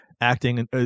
Acting